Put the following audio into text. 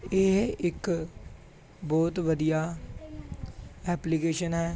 ਇਹ ਇੱਕ ਬਹੁਤ ਵਧੀਆ ਐਪਲੀਕੇਸ਼ਨ ਹੈ